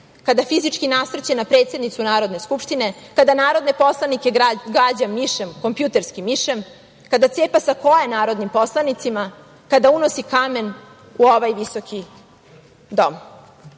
kada fizički nasrće na predsednicu Narodne skupštine, kada narodne poslanike gađa kompjuterskim mišem, kada cepa sakoe poslanicima, kada unosi kamen u ovaj visoki